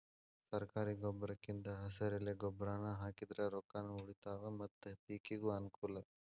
ಸರ್ಕಾರಿ ಗೊಬ್ರಕಿಂದ ಹೆಸರೆಲೆ ಗೊಬ್ರಾನಾ ಹಾಕಿದ್ರ ರೊಕ್ಕಾನು ಉಳಿತಾವ ಮತ್ತ ಪಿಕಿಗೂ ಅನ್ನಕೂಲ